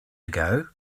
ago